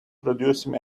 producing